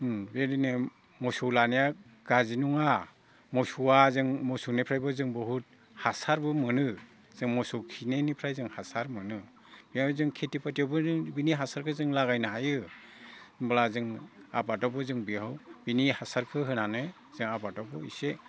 बेबायदिनो मोसौ लानाया गाज्रि नङा मोसौआ जों मोसौनिफ्रायबो जों बुहुद हासारबो मोनो जों मोसौ खिनायनिफ्राय जों हासार मोनो बेवहाय जों खिथि बाथियावबो जों बिनि हासारखो जों लागायनो हायो होमब्ला जों आबादावबो जों बेयाव बिनि हासारखो होनानै आबादावबो एसे